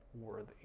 Worthy